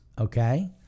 okay